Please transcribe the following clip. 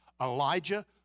Elijah